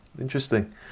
interesting